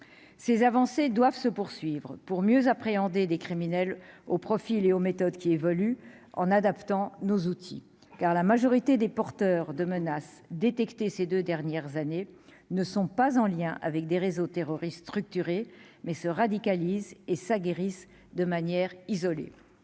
ces avancées doivent se poursuivre pour mieux appréhender des criminels au profil et aux méthodes qui évolue en adaptant nos outils car la majorité des porteurs de menaces détectées ces 2 dernières années ne sont pas en lien avec des réseaux terroristes structurés mais se radicalise et ça guérisse de manière isolée.